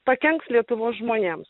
pakenks lietuvos žmonėms